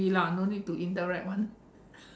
T_V lah no need to interact [one]